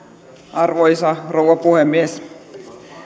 arvoisa rouva puhemies on